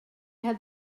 had